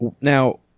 now